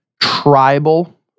tribal